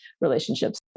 relationships